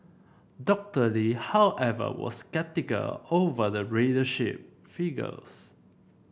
Doctor Lee however was sceptical over the ridership figures